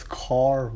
car